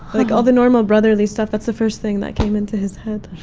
like, all the normal brotherly stuff. that's the first thing that came into his head.